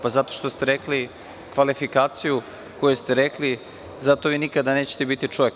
Zato što ste rekli kvalifikaciju koju ste rekli, zato vi nikada nećete biti čovek.